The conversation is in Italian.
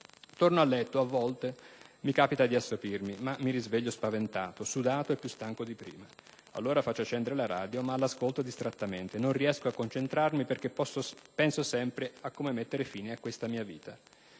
Tornato a letto, a volte mi assopisco, ma mi risveglio spaventato, sudato e più stanco di prima. Allora faccio accendere la radio ma la ascolto distrattamente. Non riesco a concentrarmi perché penso sempre a come mettere fine a questa vita.